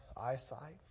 eyesight